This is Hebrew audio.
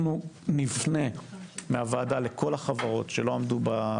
אנחנו נפנה מהוועדה לכל החברות שלא עמדו ביעד.